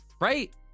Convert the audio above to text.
right